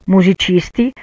Musicisti